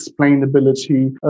explainability